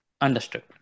Understood